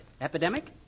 Epidemic